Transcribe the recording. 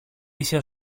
ίσια